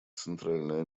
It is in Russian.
центральное